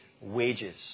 wages